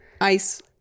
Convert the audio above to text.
ice